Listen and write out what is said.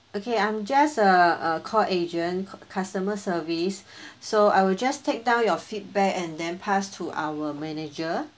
okay I'm just a call agent customer service so I will just take down your feedback and then pass to our manager